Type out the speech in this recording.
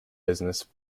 business